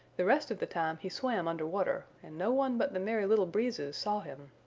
the rest of the time he swam under water and no one but the merry little breezes saw him.